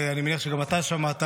אני מניח שגם אתה שמעת,